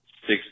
six